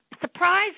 surprise